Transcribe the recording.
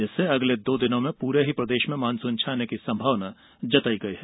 जिससे अगले दो दिनों में पूरे प्रदेश में मानसून छाने की संभावना जताई गई है